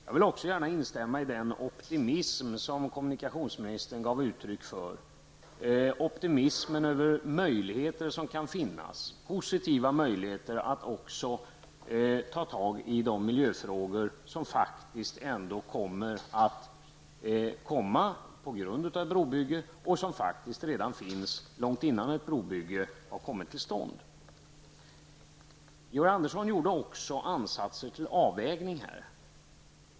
Jag vill också gärna instämma i den optimism som kommunikationsministern gav uttryck för, optimismen över positiva möjligheter som kan finnas att också ta tag i de miljöfrågor som faktiskt ändå kommer på grund av brobygget och redan finns långt innan brobygget har kommit till stånd. Georg Andersson gjorde också ansatser till en avvägning.